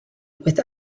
with